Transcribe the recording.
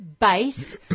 base